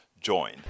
join